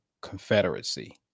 confederacy